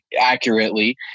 accurately